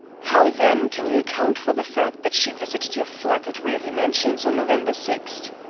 how, then, can you account for the fact that she visited your flat at raleigh mansions on november six.